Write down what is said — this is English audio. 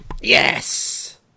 Yes